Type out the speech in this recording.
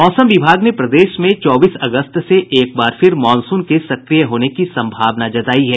मौसम विभाग ने प्रदेश में चौबीस अगस्त से एकबार फिर मॉनसून के सक्रिय होने की संभावना जतायी है